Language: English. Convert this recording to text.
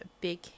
big